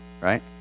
right